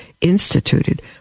instituted